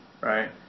right